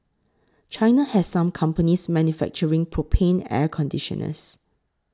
China has some companies manufacturing propane air conditioners